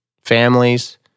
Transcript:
families